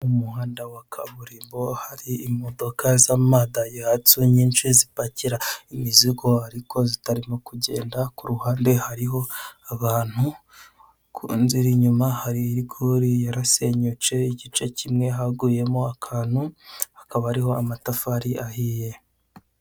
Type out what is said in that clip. Umuhanda w'akaburimbo hari imodoka z'amadayihatso nyinshi zipakira imizigo ariko zitarimo kugenda, ku ruhande hariho abantu, ku inzira inyuma hari rigori yarasenyutse, igice kimwe haguyemo akantu hakaba hariho amatafari ahiye.